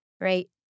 right